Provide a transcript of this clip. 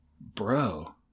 bro